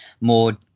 more